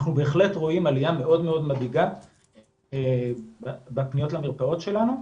אנחנו בהחלט רואים עלייה מאוד מדאיגה בפניות למרפאות שלנו,